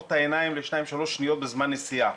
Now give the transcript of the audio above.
את העיניים לשתיים-שלוש שניות בזמן נסיעה.